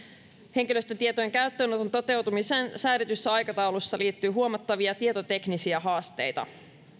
henkilöstötietojen käyttöönoton toteutumiseen säädetyssä aikataulussa liittyy huomattavia tietoteknisiä haasteita